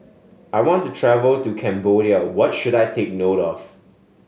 I want to travel to Cambodia what should I take note of